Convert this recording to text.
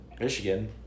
Michigan